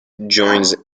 joins